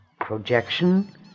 Projection